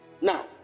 now